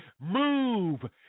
Move